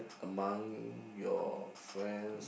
among your friends